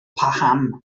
paham